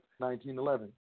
1911